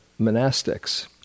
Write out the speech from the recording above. monastics